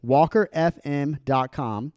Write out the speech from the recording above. WalkerFM.com